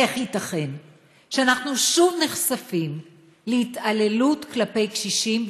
איך ייתכן שאנחנו שוב נחשפים להתעללות בקשישים?